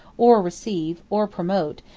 or receive, or promote,